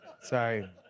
Sorry